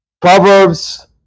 Proverbs